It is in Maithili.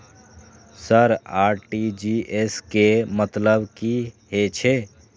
सर आर.टी.जी.एस के मतलब की हे छे?